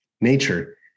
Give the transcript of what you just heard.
nature